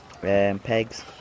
Pegs